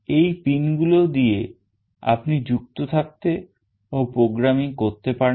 এই pin গুলো দিয়ে আপনি যুক্ত থাকতে ও programming করতে পারেন